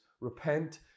Repent